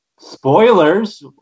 Spoilers